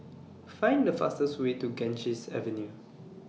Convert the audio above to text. Find The fastest Way to Ganges Avenue